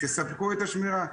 תספקו את השמירה.